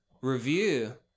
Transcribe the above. Review